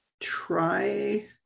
try